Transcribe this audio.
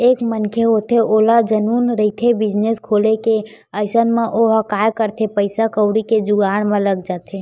एक मनखे होथे ओला जनुन रहिथे बिजनेस खोले के अइसन म ओहा काय करथे पइसा कउड़ी के जुगाड़ म लग जाथे